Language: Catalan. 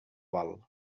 val